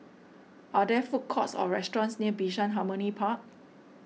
are there food courts or restaurants near Bishan Harmony Park